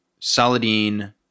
Saladin